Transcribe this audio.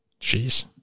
Jeez